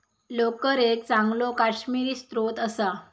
लोकर एक चांगलो काश्मिरी स्त्रोत असा